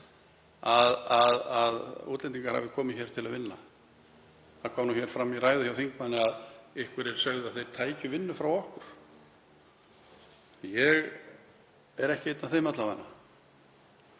að útlendingar hafi komið til að vinna. Það kom fram í ræðu hjá þingmanni að einhverjir segðu að þeir tækju vinnu frá okkur. Ég er ekki einn af þeim sem